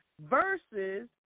versus